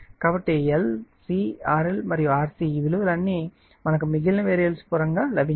కాబట్టి L C RL మరియు RC ఈ విలువలు అన్నీ మనకు మిగిలిన వేరియబుల్స్ పరంగా లభించాయి